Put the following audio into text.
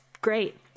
great